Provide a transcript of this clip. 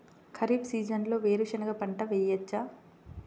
ఖరీఫ్ సీజన్లో వేరు శెనగ పంట వేయచ్చా?